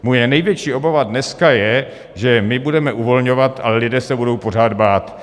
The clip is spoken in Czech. Moje největší obava dneska je, že budeme uvolňovat, ale lidé se budou pořád bát.